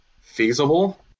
feasible